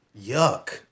Yuck